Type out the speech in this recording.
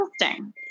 Interesting